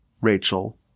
Rachel